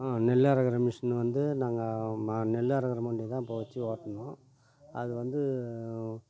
நெல்லறுக்கிற machine வந்து நாங்கள் ம நெல்லருக்கிற மண்டி தான் அப்போ வச்சி ஓட்டினோம் அது வந்து